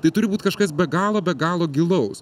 tai turi būt kažkas be galo be galo gilaus